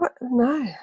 no